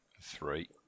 Three